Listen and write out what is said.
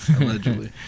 Allegedly